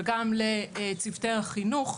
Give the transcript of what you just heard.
וגם לצוותי החינוך.